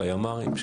של הימ"רים,